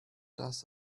does